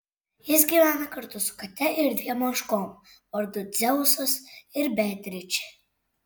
jis gyvena kartu su kate ir dviem ožkom vardu dzeusas ir beatričė